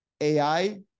ai